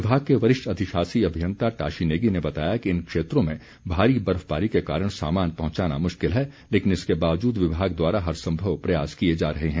विभाग के वरिष्ठ अधिशाषी अभियंता टाशी नेगी ने बताया कि इन क्षेत्रों में भारी बर्फबारी के कारण सामान पहुंचाना मुश्किल है लेकिन इसके बावजूद विभाग द्वारा हर संभव प्रयास किए जा रहे हैं